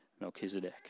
Melchizedek